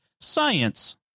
science